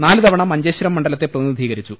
നാല് തവണ മഞ്ചേ ശ്വരം മണ്ഡലത്തെ പ്രതിനിധീകരിച്ചു